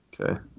Okay